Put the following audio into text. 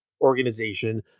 organization